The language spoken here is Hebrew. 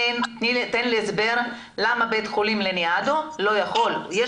תן לי הסבר למה בית חולים לניאדו לא יכול להציב תא לחץ.